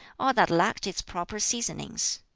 or that lacked its proper seasonings.